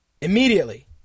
Immediately